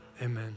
amen